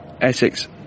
Essex